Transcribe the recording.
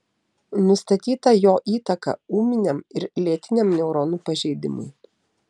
nustatyta jo įtaka ūminiam ir lėtiniam neuronų pažeidimui